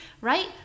right